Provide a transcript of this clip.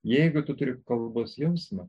jeigu tu turi kalbos jausmą